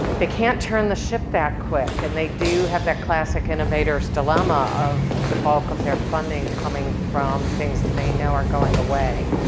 they can't turn the ship back quick. and they do have that classic innovators dilemma of the bulk of their funding from things that they know are going away.